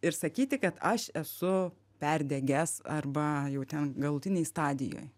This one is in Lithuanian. ir sakyti kad aš esu perdegęs arba jau ten galutinėj stadijoj